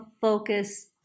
focus